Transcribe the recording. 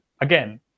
Again